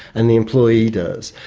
and the employee does.